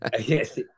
Yes